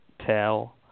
tell